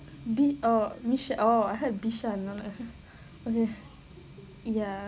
be oh michelle oh I hear michelle obama okay ya